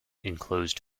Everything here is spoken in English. enclosed